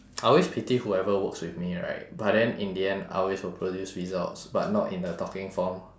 I always pity whoever works with me right but then in the end I always will produce results but not in the talking form